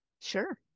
Sure